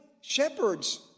shepherds